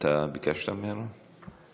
אתה ביקשת ממנו?